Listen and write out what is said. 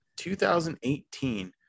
2018